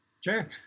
Sure